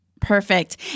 Perfect